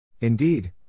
Indeed